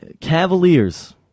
Cavaliers